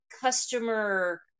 customer